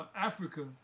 africa